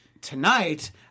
tonight